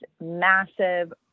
massive